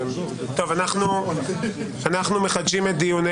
אנחנו מחדשים את דיוני